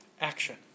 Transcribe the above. action